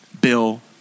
bill